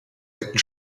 hätten